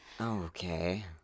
okay